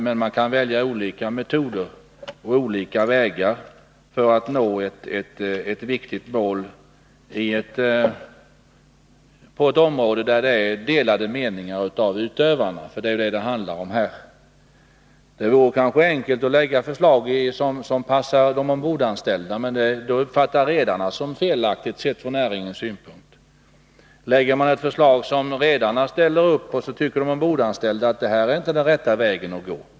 Men man kan välja olika metoder och olika vägar för att nå ett viktigt mål på ett område där utövarna har delade meningar. Det är ju det som det handlar om här. Kanske vore det enkelt att lägga fram förslag som passar de ombordanställda. Men då uppfattar redarna det som felaktigt, sett från näringens synpunkt. Lägger man fram ett förslag som redarna ställer upp på, tycker de ombordanställda att det inte är den rätta vägen att gå.